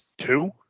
two